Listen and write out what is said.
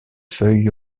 feuilles